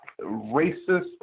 racist